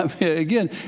Again